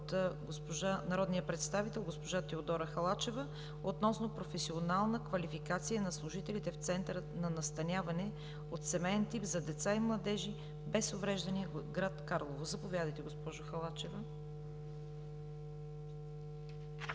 Той е от народния представител госпожа Теодора Халачева относно професионална квалификация на служителите в Центъра за настаняване от семеен тип за деца и младежи без увреждания – град Карлово. Заповядайте, госпожо Халачева. ТЕОДОРА